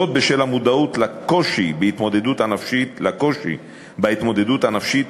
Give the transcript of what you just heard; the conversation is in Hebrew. זאת, בשל המודעות לקושי בהתמודדות הנפשית